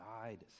died